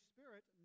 Spirit